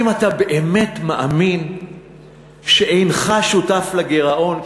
אם אתה באמת מאמין שאינך שותף לגירעון,